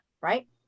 right